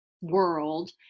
world